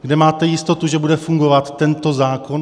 Kde máte jistotu, že bude fungovat tento zákon?